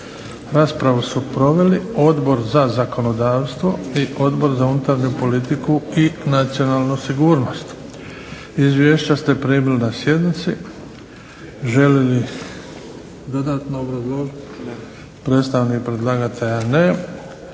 Raspravu su proveli Odbor za zakonodavstvo i Odbor za unutarnju politiku i nacionalnu sigurnost. Izvješća ste primili na sjednici. Želi li dodatno obrazložiti predstavnik predlagatelja? Ne.